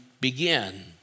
begin